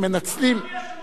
גם לנו יש אמונות,